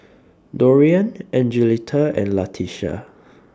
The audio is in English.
Dorian Angelita and Latisha